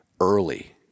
early